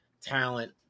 talent